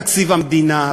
תקציב המדינה,